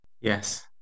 Yes